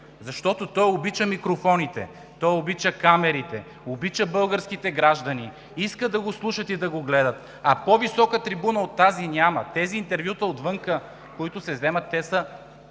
защото той обича микрофоните, той обича камерите, обича българските граждани, иска да го слушат и да го гледат, а по-висока трибуна от тази – няма. Тези интервюта отвън, които се вземат, те са